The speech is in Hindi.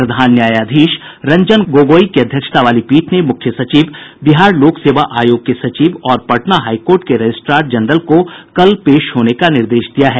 प्रधान न्यायाधीश रंजन गोगोई की अध्यक्षता वाली पीठ ने मुख्य सचिव बिहार लोक सेवा आयोग के सचिव और पटना हाई कोर्ट के रजिस्ट्रार जनरल को कल पेश होने का निर्देश दिया है